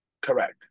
Correct